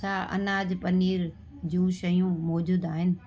छा अनाज पनीर जूं शयूं मौजूदु आहिनि